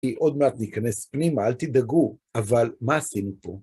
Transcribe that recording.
עוד מעט ניכנס פנימה, אל תדאגו, אבל מה עשינו פה?